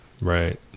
right